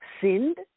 sinned